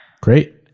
Great